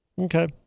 Okay